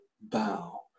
bow